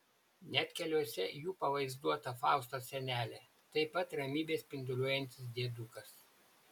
net keliuose jų pavaizduota faustos senelė taip pat ramybe spinduliuojantis diedukas